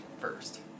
first